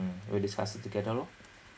mm we'll discuss it together lor